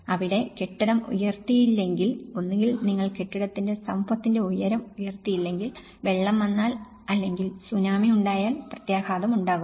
അവിടെ കെട്ടിടം ഉയർത്തിയില്ലെങ്കിൽ ഒന്നുകിൽ നിങ്ങൾ കെട്ടിടത്തിന്റെ സ്തംഭത്തിന്റെ ഉയരം ഉയർത്തിയില്ലെങ്കിൽ വെള്ളം വന്നാൽ അല്ലെങ്കിൽ സുനാമി ഉണ്ടായാൽ പ്രത്യാഘാതം ഉണ്ടാകും